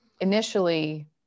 initially